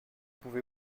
pouvez